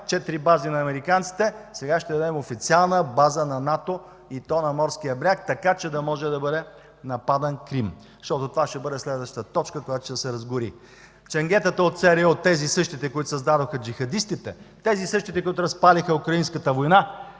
четири бази на американците. Сега ще дадем официална база на НАТО и то на морския бряг, така че да може да бъде нападнат Крим, защото това ще бъде следващата точка, която ще се разгори. Ченгетата от ЦРУ, тези същите, които създадоха джихадистите, същите, които разпалиха украинската война,